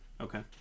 Okay